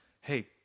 hey